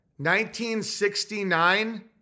1969